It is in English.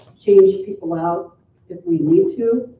change people out if we need to,